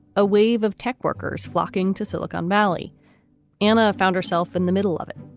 a wave of tech workers flocking to silicon valley anna found herself in the middle of it,